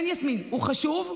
כן, יסמין, הוא חשוב,